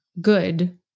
good